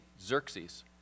Xerxes